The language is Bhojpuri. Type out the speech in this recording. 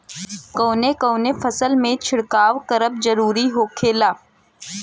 कवने कवने फसल में छिड़काव करब जरूरी होखेला?